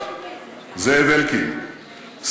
זאב אלקין,